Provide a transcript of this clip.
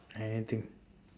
I anything